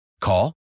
Call